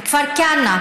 בכפר כנא,